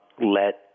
let